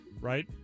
right